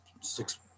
six